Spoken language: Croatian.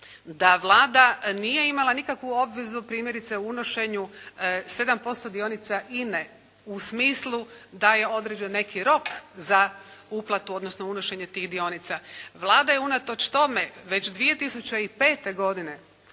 da Vlada nije imala nikakvu obvezu primjerice unošenju 7% dionica INA-e u smislu da je određen neki rok za uplatu odnosno unošenje tih dionica. Vlada je unatoč tome, već 2005. godine